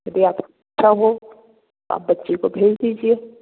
यदि आप इच्छा हो आप बच्ची को भेज दीजिए